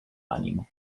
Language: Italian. animo